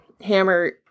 Hammer